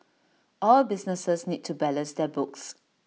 all businesses need to balance their books